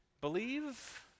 believe